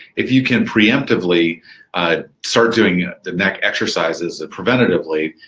if you can preemptively start doing the neck exercises preventatively,